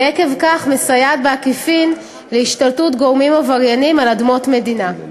ועקב כך מסייעת בעקיפין להשתלטות גורמים עברייניים על אדמות מדינה.